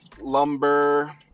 Lumber